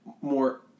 more